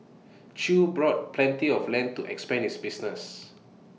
chew bought plenty of land to expand his business